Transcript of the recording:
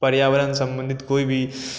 पर्यावरण संबंधित कोई भी